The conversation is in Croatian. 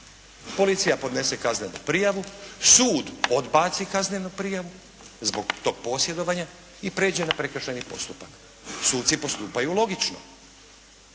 Policija podnese kaznenu prijavu, sud odbaci kaznenu prijavu zbog tog posjedovanja i prijeđe na prekršajni postupak. Suci postupaju logično.